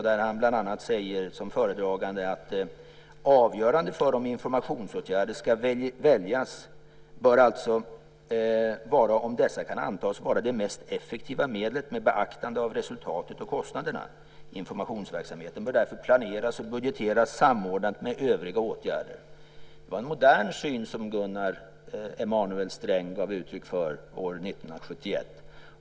Där sade han, som föredragande, bland annat: Avgörande för om informationsåtgärder ska väljas bör alltså vara om dessa kan antas vara det mest effektiva medlet med beaktande av resultatet och kostnaderna. Informationsverksamheten bör därför planeras och budgeteras samordnad med övriga åtgärder. Det var en modern syn som Gunnar Emanuel Sträng gav uttryck för år 1971.